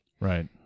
Right